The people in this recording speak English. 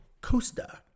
Costa